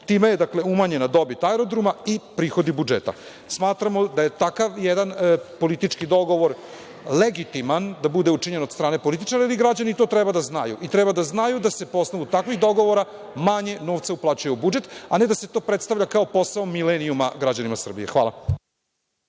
dakle, umanjena dobit aerodroma i prihodi budžeta. Smatramo da je takav jedan politički dogovor legitiman da bude učinjen od strane političara i građani to treba da znaju. Treba i da znaju da se po osnovu takvih dogovora manje novca uplaćuje u budžet, a ne da se to predstavlja kao posao milenijuma građanima Srbije. Hvala.